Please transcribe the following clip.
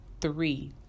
Three